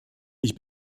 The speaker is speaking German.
ich